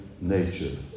nature